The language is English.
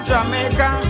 Jamaica